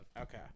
Okay